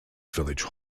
village